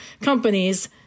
companies